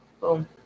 Boom